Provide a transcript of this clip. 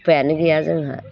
उफायानो गैया जोंहा